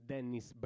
Dennis